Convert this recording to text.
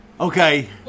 Okay